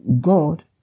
God